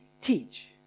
teach